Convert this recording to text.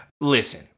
Listen